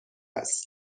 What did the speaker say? است